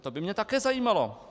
To by mě také zajímalo.